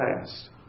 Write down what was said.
past